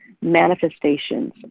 manifestations